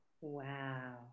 Wow